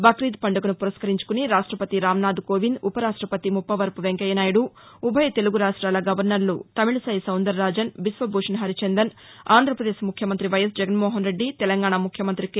బక్రీద్ పండుగను ఫురస్కరించుకుని రాష్టపతి రాంనాథ్ కోవింద్ ఉప రాష్టపతి ముప్పవరపు వెంకయ్యనాయుడు ఉభయ తెలుగు రాష్ట్రాల గవర్నర్లు తమిళసై సౌందర్రాజన్ బిశ్వభూషణ్ హరిచందన్ ఆంధ్రప్రదేశ్ ముఖ్యమంత్రి వైఎస్ జగన్మోహన్ రెడ్డి తెలంగాణ ముఖ్యమంతి కె